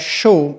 show